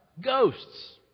ghosts